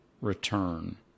return